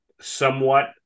somewhat